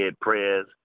prayers